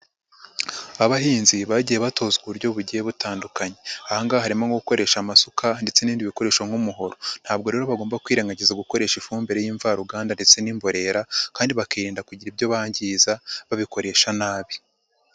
Abahinzi bagiye batozwa uburyo bugiye butandukanye. Aha ngaha harimo gukoresha amasuka ndetse n'ibindi bikoresho nk'umuhoro. Ntabwo rero bagomba kwirengagiza gukoresha ifumbire y'imvaruganda ndetse n'imborera kandi bakirinda kugira ibyo bangiza, babikoresha nabi.